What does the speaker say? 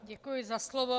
Děkuji za slovo.